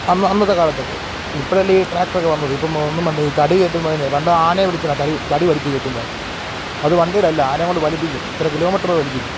അന്ന് അന്നത്തെ കാലത്തൊക്കെ ഇപ്പോഴല്ലേ ഈ ട്രാക്ടറൊക്കെ വന്നത് ഇപ്പം ഒന്നും വേണ്ട ഈ തടി കയറ്റുന്നതിന് പണ്ട് ആനയെ വിളിച്ച് കൊണ്ടാണ് തടി തടി വലിച്ച് കയറ്റുന്നതൊക്കെ അത് വണ്ടിയിലല്ല ആനയേയും കൊണ്ട് വലിപ്പിക്കും ഇത്ര കിലോമീറ്ററ് വലിപ്പിക്കും